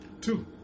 Two